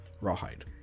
rawhide